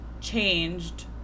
changed